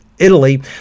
Italy